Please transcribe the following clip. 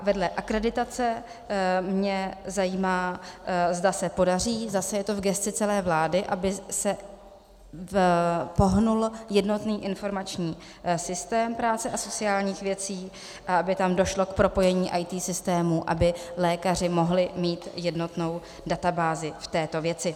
Vedle akreditace mě zajímá, zda se podaří zase je to v gesci celé vlády aby se pohnul jednotný informační systém práce a sociálních věcí a aby tam došlo k propojení IT systémů, aby lékaři mohli mít jednotnou databázi v této věci.